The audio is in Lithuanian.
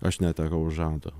aš netekau žado